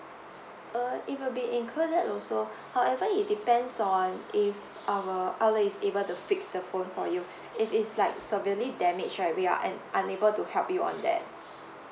uh it will be included also however it depends on if our outlet is able to fix the phone for you if it is like severely damage right we are an~ unable to help you on that